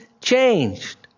changed